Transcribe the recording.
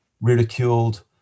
ridiculed